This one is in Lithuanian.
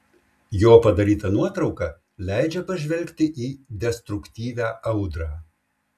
jo padaryta nuotrauka leidžia pažvelgti į destruktyvią audrą